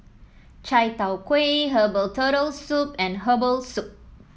Chai Tow Kuay Herbal Turtle Soup and Herbal Soup